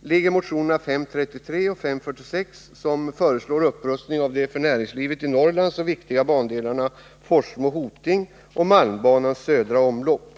ligger motionerna 533 och 546 som föreslår upprustning av de för näringslivet i Norrland så viktiga bandelarna Forsmo-Hoting och malmbanans södra omlopp.